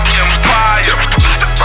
empire